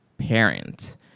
parent